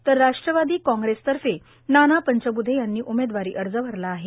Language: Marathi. तर राष्ट्रवादी कांग्रेस तर्फे नाना पंचब्धे यांनी उमेदवारी अर्ज भरला आहे